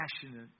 passionate